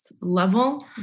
level